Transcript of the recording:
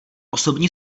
osobní